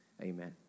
amen